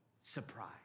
surprise